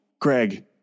Greg